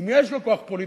אם יש לו כוח פוליטי,